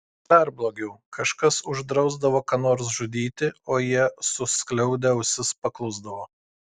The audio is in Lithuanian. dar blogiau kažkas uždrausdavo ką nors žudyti o jie suskliaudę ausis paklusdavo